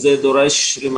וזה דורש היערכות.